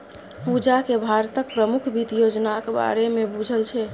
पूजाकेँ भारतक प्रमुख वित्त योजनाक बारेमे बुझल छै